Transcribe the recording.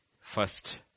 first